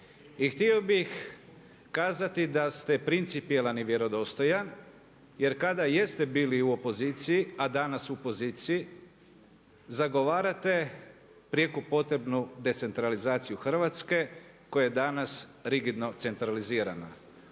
htio bi kazati da ste principijelan i vjerodostojan jer kada jeste bili u opoziciji a danas u poziciji zagovarate samo prijeko potrebnu decentralizaciju Hrvatske koja je danas rigidno centralizirana.